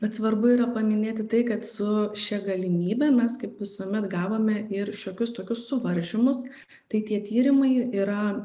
bet svarbu yra paminėti tai kad su šia galimybe mes kaip visuomet gavome ir šiokius tokius suvaržymus tai tie tyrimai yra